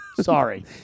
Sorry